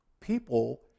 People